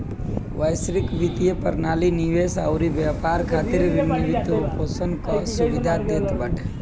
वैश्विक वित्तीय प्रणाली निवेश अउरी व्यापार खातिर वित्तपोषण कअ सुविधा देत बाटे